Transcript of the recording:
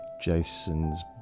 Jason's